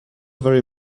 very